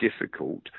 difficult